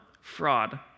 fraud